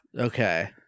Okay